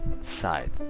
side